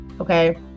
okay